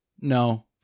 no